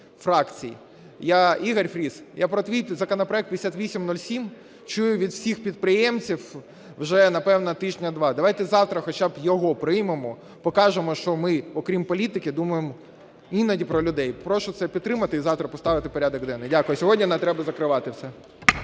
Ігор Фріс, я про твій законопроект 5807 чую від всіх підприємців вже, напевно, тижня два. Давайте завтра хоча б його приймемо, покажемо, що ми, окрім політики, думаємо іноді про людей. Прошу це підтримати і завтра поставити в порядок денний. Дякую, сьогодні нам треба закривати.